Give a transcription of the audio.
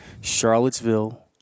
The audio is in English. Charlottesville